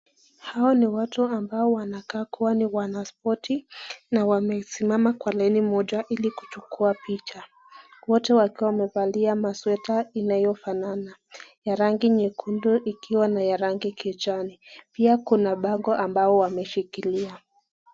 Hawa ni watu ambao wanakaa kuwa wanaspoti na wamesimama kwa laini moja ili kuchukua picha. Wote wakiwa wamevalia masweta inayofanana ya rangi nyekundu ikiwa na ya rangi kijani. Pia kuna bango ambao wameshikilia.